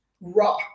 rock